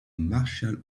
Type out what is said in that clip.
martial